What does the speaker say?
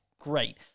great